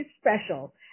special